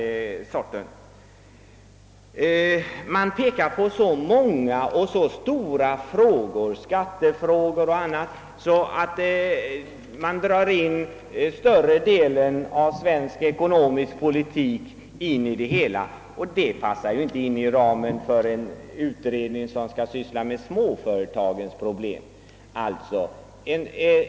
Man pekar på så många och så stora frågor, t.ex. skattefrågor m.m., att de täcker större delen av svensk ekonomisk politik. Så mycket ryms inte inom ramen för en utredning som skall syssla med småföretagens problem.